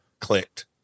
clicked